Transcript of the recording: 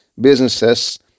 businesses